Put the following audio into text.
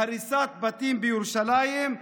הריסת בתים בירושלים,